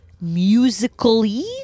musically